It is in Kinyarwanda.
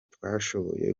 twashoboye